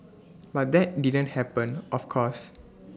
but that didn't happen of course